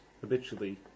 habitually